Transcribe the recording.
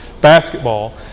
basketball